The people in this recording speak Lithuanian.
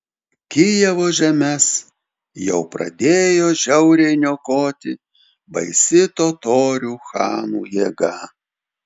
kijevo žemes jau pradėjo žiauriai niokoti baisi totorių chano jėga